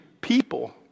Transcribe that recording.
people